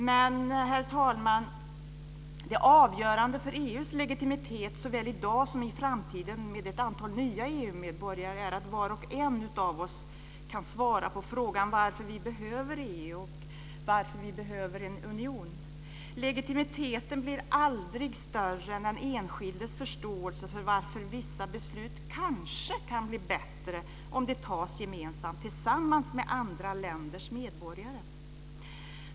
Men, herr talman, det avgörande för EU:s legitimitet såväl i dag som i framtiden med ett antal nya EU-medborgare är att var och en av oss kan svara på frågan varför vi behöver EU, varför vi behöver en union. Legitimiteten blir aldrig större än den enskildes förståelse för varför vissa beslut kanske kan bli bättre om de tas gemensamt tillsammans med andra länders medborgare.